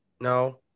No